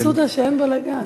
אני מבסוטה שאין בלגן.